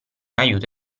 aiuto